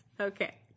Okay